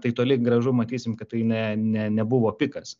tai toli gražu matysim kad tai ne ne nebuvo pikas